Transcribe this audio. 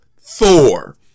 Thor